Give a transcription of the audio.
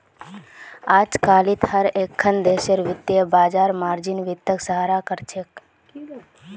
अजकालित हर एकखन देशेर वित्तीय बाजार मार्जिन वित्तक सराहा कर छेक